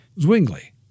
Zwingli